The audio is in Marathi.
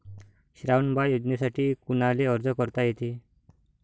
श्रावण बाळ योजनेसाठी कुनाले अर्ज करता येते?